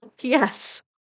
Yes